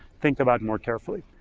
think about more carefully.